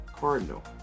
cardinal